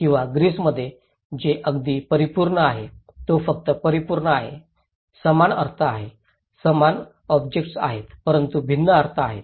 किंवा ग्रीसमध्ये जे अगदी परिपूर्ण आहे तो फक्त परिपूर्ण आहे समान अर्थ आहे समान ऑब्जेक्ट आहे परंतु भिन्न अर्थ आहे